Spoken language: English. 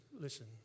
listen